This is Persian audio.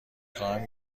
خواهم